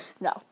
No